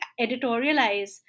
editorialize